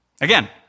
Again